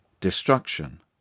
destruction